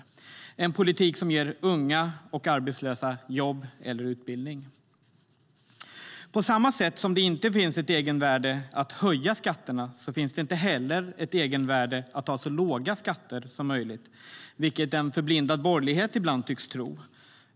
Det är en politik som ger unga och arbetslösa jobb eller utbildning. På samma sätt som det inte finns ett egenvärde i att höja skatterna finns det heller inget egenvärde i att ha så låga skatter som möjligt, vilket en förblindad borgerlighet ibland tycks tro.